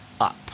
up